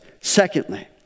Secondly